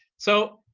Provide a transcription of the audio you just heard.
so